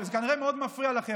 זה כנראה מאוד מפריע לכם.